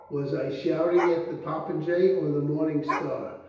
was i shoot ing at the popinjay or the morning star?